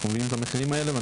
אנחנו מבינים את המחירים האלה.